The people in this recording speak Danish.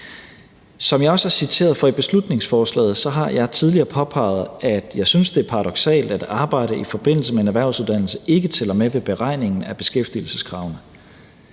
Som jeg også er citeret for i beslutningsforslaget, har jeg tidligere påpeget, at jeg synes, det er paradoksalt, at arbejde i forbindelse med en erhvervsuddannelse ikke tæller med ved beregningen af beskæftigelseskravene.